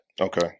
Okay